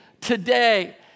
today